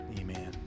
Amen